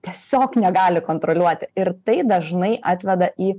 tiesiog negali kontroliuoti ir tai dažnai atveda į